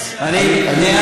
אני,